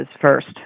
first